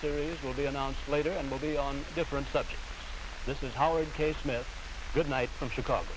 stories will be announced later and will be on different subjects this is howard k smith good night from chicago